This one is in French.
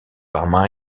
par